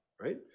right